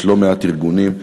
יש לא מעט ארגונים,